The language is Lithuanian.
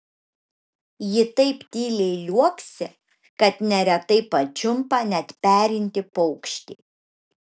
ji taip tyliai liuoksi kad neretai pačiumpa net perintį paukštį